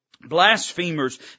blasphemers